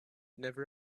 never